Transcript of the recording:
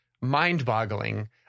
mind-boggling